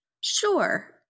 Sure